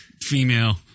Female